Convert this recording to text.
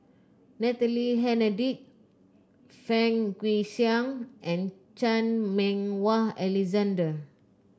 Natalie Hennedige Fang Guixiang and Chan Meng Wah Alexander